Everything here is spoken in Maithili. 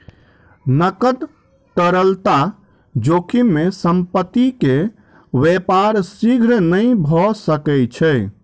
नकद तरलता जोखिम में संपत्ति के व्यापार शीघ्र नै भ सकै छै